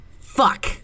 fuck